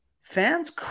fans